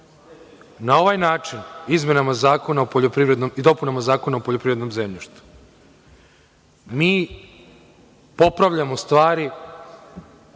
ovaj način izmenama i dopunama Zakona o poljoprivrednom zemljištu popravljamo stvari